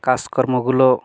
কাজকর্মগুলো